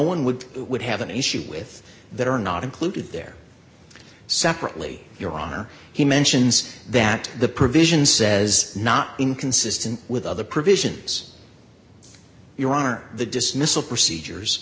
one would would have an issue with that are not included there separately your honor he mentions that the provision says not inconsistent with other provisions your are the dismissal procedures